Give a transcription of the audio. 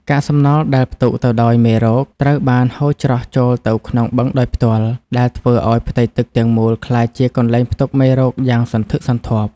កាកសំណល់ដែលផ្ទុកទៅដោយមេរោគត្រូវបានហូរច្រោះចូលទៅក្នុងបឹងដោយផ្ទាល់ ដែលធ្វើឱ្យផ្ទៃទឹកទាំងមូលក្លាយជាកន្លែងផ្ទុកមេរោគយ៉ាងសន្ធឹកសន្ធាប់។